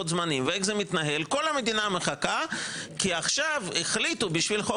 הזמנים ואיך זה מתנהל כל המדינה מחכה כי עכשיו החליטו בשביל חוק